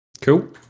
cool